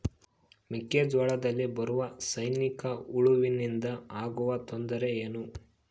ಮೆಕ್ಕೆಜೋಳದಲ್ಲಿ ಬರುವ ಸೈನಿಕಹುಳುವಿನಿಂದ ಆಗುವ ತೊಂದರೆ ಏನು?